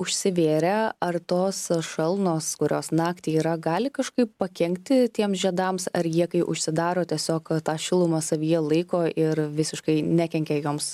užsivėrę ar tos šalnos kurios naktį yra gali kažkaip pakenkti tiem žiedams ar jie kai užsidaro tiesiog tą šilumą savyje laiko ir visiškai nekenkia joms